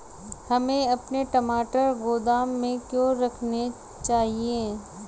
हमें अपने टमाटर गोदाम में क्यों रखने चाहिए?